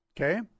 Okay